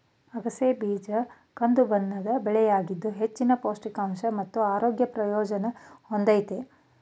ಅಗಸೆ ಬೀಜ ಕಂದುಬಣ್ಣದ ಬೆಳೆಯಾಗಿದ್ದು ಹೆಚ್ಚಿನ ಪೌಷ್ಟಿಕಾಂಶ ಮತ್ತು ಆರೋಗ್ಯ ಪ್ರಯೋಜನ ಹೊಂದಯ್ತೆ